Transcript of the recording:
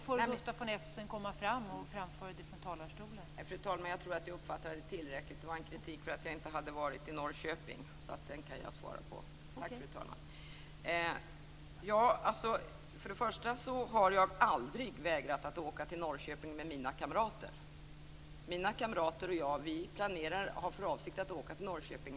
Fru talman! Även om det hörs väldigt dåligt tror jag att jag uppfattade tillräckligt. Det var en kritik mot att jag inte varit i Norrköping, så det kan jag svara på. Jag har aldrig vägrat att åka till Norrköping med mina kamrater. Mina kamrater och jag har för avsikt att åka till Norrköping.